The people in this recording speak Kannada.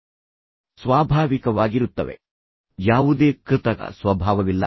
ನೀವು ಅವರಿಗೆ ಹೇಳಬಹುದು ಬಹುಶಃ ನೀವು ಇದನ್ನು ಹೇಳಬಾರದಿತ್ತು ಆದ್ದರಿಂದ ಅದು ಅವನನ್ನು ಪ್ರಚೋದಿಸಿತು